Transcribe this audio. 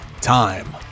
time